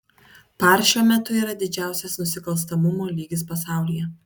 par šiuo metu yra didžiausias nusikalstamumo lygis pasaulyje